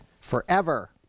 forever